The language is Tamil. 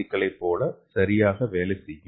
க்களை போல சரியாக வேலை செய்யும்